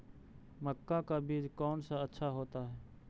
मक्का का बीज कौन सा अच्छा होता है?